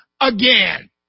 again